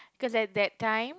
cause at that time